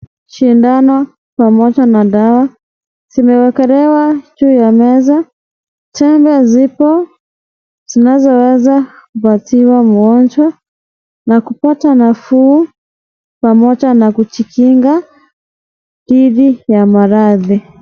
Shindano pamoja na dawa zimeekelewa juu ya meza tena zipo zinaweza kupatiwa mgonjwa na kupata nafuu pamoja na kujikinga dhidi ya maradhi.